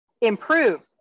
improve